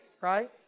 right